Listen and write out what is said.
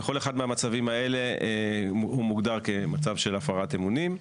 כל אחד מהמצבים האלה מוגדר כמצב של הפרת אמונים,